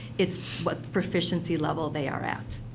it's what proficiency level they are at.